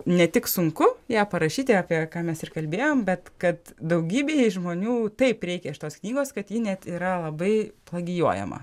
ne tik sunku ją parašyti apie ką mes ir kalbėjom bet kad daugybei žmonių taip reikia iš tos knygos kad ji net yra labai plagijuojama